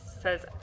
says